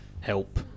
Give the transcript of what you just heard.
help